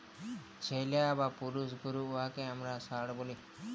ছেইল্যা বা পুরুষ গরু উয়াকে আমরা ষাঁড় ব্যলি